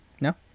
No